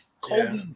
Kobe